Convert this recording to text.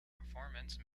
performance